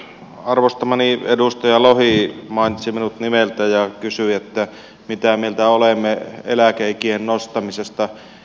arvostamani edustaja lohi mainitsi minut nimeltä ja kysyi mitä mieltä olemme eläkeikien nostamisesta